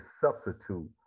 substitute